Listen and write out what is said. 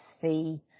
see